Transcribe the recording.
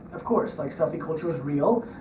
of course. like selfie culture is real,